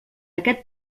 aquest